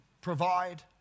provide